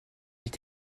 est